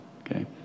okay